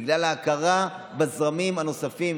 בגלל ההכרה בזרמים הנוספים